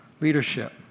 Leadership